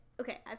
okay